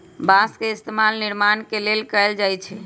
बास के इस्तेमाल निर्माण के लेल कएल जाई छई